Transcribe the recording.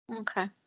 Okay